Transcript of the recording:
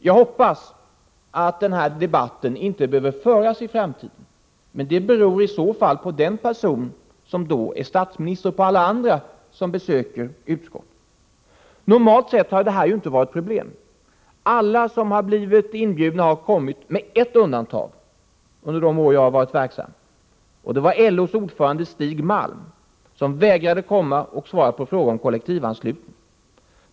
Jag hoppas att denna debatt inte behöver föras i framtiden. Men det beror i så fall på den person som då är statsminister och på andra som besöker utskottet. Normalt sett har detta inte varit något problem. Alla som blivit inbjudna under de år jag varit verksam i utskottet har kommit, med ett undantag — och det var LO:s ordförande Stig Malm, som vägrade att komma och svara på frågor om kollektivanslutningen.